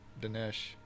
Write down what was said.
Dinesh